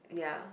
ya